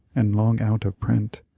and long out of print,